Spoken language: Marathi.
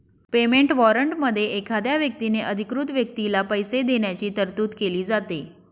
पेमेंट वॉरंटमध्ये एखाद्या व्यक्तीने अधिकृत व्यक्तीला पैसे देण्याची तरतूद केली जाते